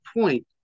point